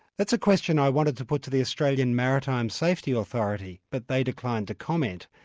that's a question i wanted to put to the australian maritime safety authority, but they declined to comment,